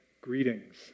Greetings